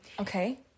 Okay